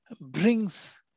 brings